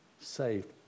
saved